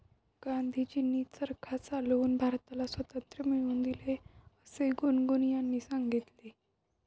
गांधीजींनी चरखा चालवून भारताला स्वातंत्र्य मिळवून दिले असे गुनगुन यांनी सांगितले